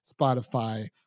Spotify